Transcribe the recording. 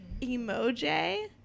emoji